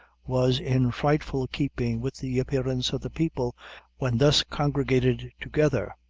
was in frightful keeping with the appearance of the people when thus congregated together.